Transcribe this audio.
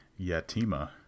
Yatima